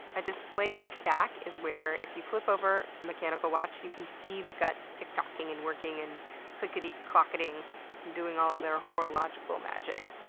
a display back is where, if you flip over a mechanical watch, you can see the guts tick-tocking and working and clickety-clocketing and doing all of their horological magic.